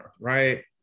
right